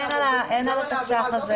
אין על התקש"ח הזה.